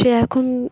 সে এখন